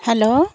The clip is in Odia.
ହାଲୋ